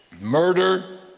Murder